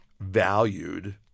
valued